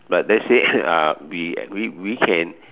but let's say uh we we we can